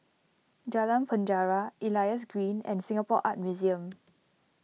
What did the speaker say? Jalan Penjara Elias Green and Singapore Art Museum